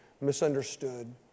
misunderstood